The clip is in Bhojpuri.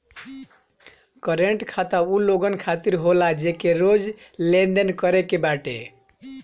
करंट खाता उ लोगन खातिर होला जेके रोज लेनदेन करे के बाटे